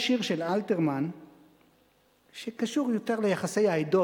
יש שיר של אלתרמן משנות ה-30 שקשור יותר ליחסי העדות,